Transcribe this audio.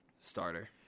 Starter